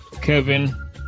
Kevin